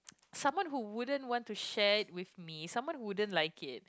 someone who wouldn't want to share it with me someone who wouldn't like it